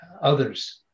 others